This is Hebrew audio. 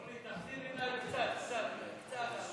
אורלי, לנו קצת, קצת על מה